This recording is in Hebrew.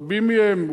ברבים מהם,